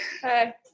Hi